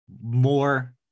more